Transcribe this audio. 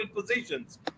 positions